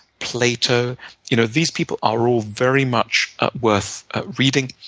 plato you know these people are all very much worth reading.